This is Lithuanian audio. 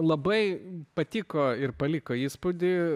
labai patiko ir paliko įspūdį